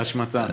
ההשמטה.